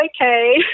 okay